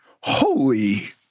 holy